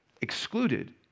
excluded